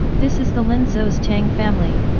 this is the linzhou's tang family!